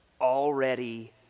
already